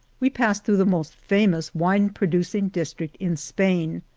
we passed through the most famous wine producing district in spain.